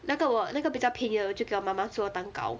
那个我那个比较便宜的我就给妈妈做蛋糕